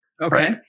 Okay